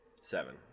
seven